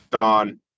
on